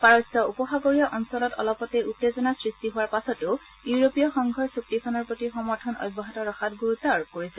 পাৰস্য উপসাগৰীয় অঞ্চলত অলপতে উত্তেজনা সৃষ্টি হোৱাৰ পাছতো ইউৰোপীয় সংঘই চুক্তিখনৰ প্ৰতি সমৰ্থন অব্যাহত ৰখাত গুৰুত্ব আৰোপ কৰিছে